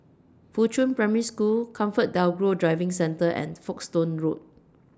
Fuchun Primary School ComfortDelGro Driving Centre and Folkestone Road